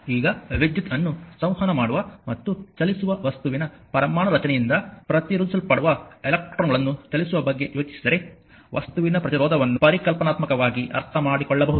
ಈಗ ವಿದ್ಯುತ್ ಅನ್ನು ಸಂವಹನ ಮಾಡುವ ಮತ್ತು ಚಲಿಸುವ ವಸ್ತುವಿನ ಪರಮಾಣು ರಚನೆಯಿಂದ ಪ್ರತಿರೋಧಿಸಲ್ಪಡುವ ಎಲೆಕ್ಟ್ರಾನ್ಗಳನ್ನು ಚಲಿಸುವ ಬಗ್ಗೆ ಯೋಚಿಸಿದರೆ ವಸ್ತುವಿನ ಪ್ರತಿರೋಧವನ್ನು ಪರಿಕಲ್ಪನಾತ್ಮಕವಾಗಿ ಅರ್ಥಮಾಡಿಕೊಳ್ಳಬಹುದು